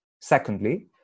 Secondly